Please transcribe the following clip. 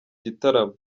gitaramo